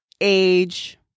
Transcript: age